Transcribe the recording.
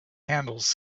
handles